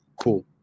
cool